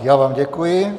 Já vám děkuji.